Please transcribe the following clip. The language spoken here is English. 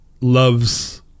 loves